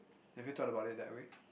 have you thought about it that way